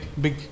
big